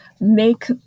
make